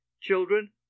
children